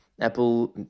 Apple